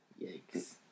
Yikes